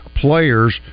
players